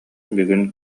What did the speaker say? бүгүн